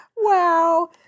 Wow